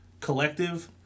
collective